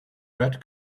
red